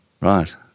Right